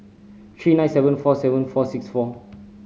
three nine seven four seven four six four